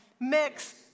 mix